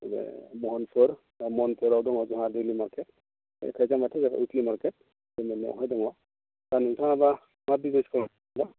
महनपुर महनपुराव दङ जोंना डेलि मार्केट खैजामाथिना जाबाय उइकलि मार्केट जोंनि बेयावहाय दङ दा नोंथाङाब्ला मा बिजनेस खालामोबा